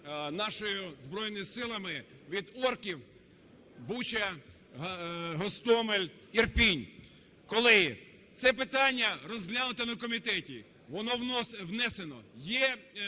нашими Збройними Силами від орків: Буча, Гостомель, Ірпінь. Колеги, це питання розглянуте на комітеті, воно внесено,